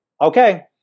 Okay